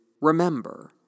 remember